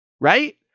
right